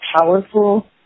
powerful